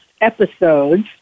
episodes